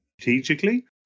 Strategically